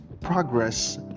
progress